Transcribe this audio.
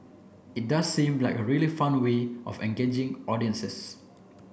it does seem like a really fun way of engaging audiences